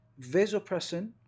vasopressin